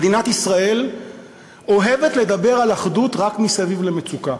מדינת ישראל אוהבת לדבר על אחדות רק מסביב למצוקה,